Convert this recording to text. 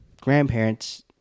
grandparents